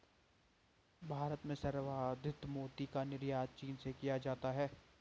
भारत में संवर्धित मोती का निर्यात चीन से किया जाता है